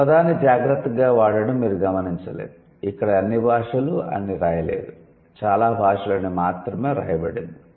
ఈ పదాన్ని జాగ్రత్తగా వాడటం మీరు గమనించలేదు ఇక్కడ అన్ని భాషలు అని వ్రాయలేదు చాలా భాషలు అని మాత్రమే వ్రాయబడింది